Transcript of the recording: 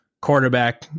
quarterback